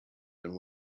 and